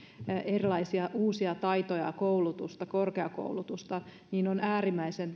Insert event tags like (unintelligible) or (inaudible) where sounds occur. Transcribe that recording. erilaisia uusia taitoja ja koulutusta korkeakoulutusta niin on äärimmäisen (unintelligible)